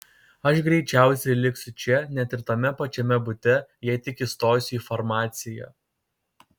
aš greičiausiai liksiu čia net ir tame pačiame bute jei tik įstosiu į farmaciją